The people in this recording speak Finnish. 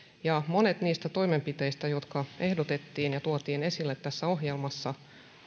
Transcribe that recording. monet niistä toimenpiteistä joita ehdotettiin ja jotka tuotiin esille tässä ohjelmassa